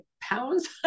pounds